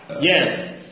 Yes